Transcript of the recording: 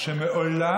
אלא שמעולם,